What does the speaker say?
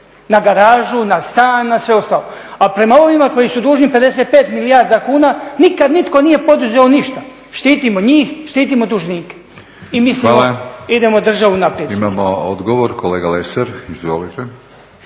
na garažu, na stan, na sve ostalo. A prema ovima koji su dužni 55 milijarda kuna nikad nitko nije poduzeo ništa. Štitimo njih, štitimo dužnike i mislimo idemo